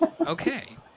Okay